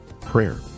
prayer